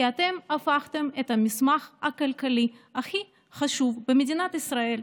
כי אתם הפכתם את המסמך הכלכלי הכי חשוב במדינת ישראל,